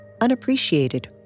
unappreciated